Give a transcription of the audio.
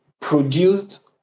produced